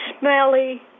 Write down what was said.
smelly